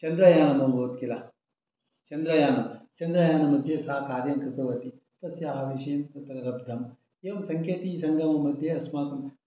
चन्द्रयानम् अभवत् किल चन्द्रयानं चन्द्रयानं मध्ये सा कार्यं कृतवती तस्याः विषये तत्र दत्तम् एवं सङ्केतीसङ्घममध्ये अस्माकं